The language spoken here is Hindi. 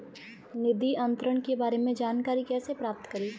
निधि अंतरण के बारे में जानकारी कैसे प्राप्त करें?